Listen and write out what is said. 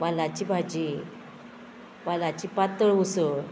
वालाची भाजी वालाची पातळ उसळ